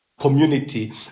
Community